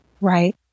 right